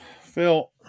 Phil